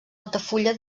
altafulla